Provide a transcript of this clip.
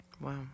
Wow